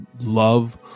love